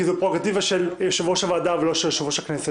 זה פררוגטיבה של יושב-ראש הוועדה ולא של יושב-ראש הכנסת.